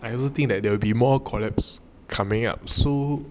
I also think that there will be more collab coming up soon